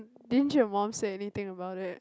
didn't your mum say anything about it